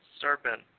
serpent